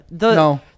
no